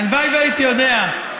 הלוואי שהייתי יודע.